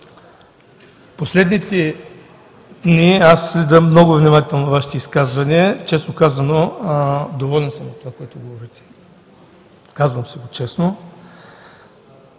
последните дни аз следя много внимателно Вашите изказвания. Честно казано, доволен съм от това, което Вие казвате, казвам си го честно